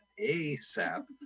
ASAP